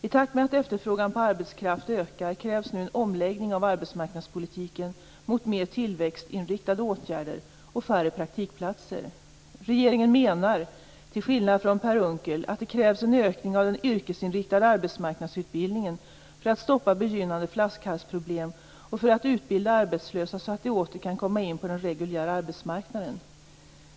I takt med att efterfrågan på arbetskraft ökar krävs nu en omläggning av arbetsmarknadspolitiken mot mer tillväxtinriktade åtgärder och färre praktikplatser. Regeringen menar, till skillnad från Per Unckel, att det krävs en ökning av den yrkesinriktade arbetsmarknadsutbildningen för att stoppa begynnande flaskhalsproblem och för att utbilda arbetslösa så att de åter kan komma in på den reguljära arbetsmarknaden.